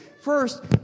First